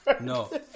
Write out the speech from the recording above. no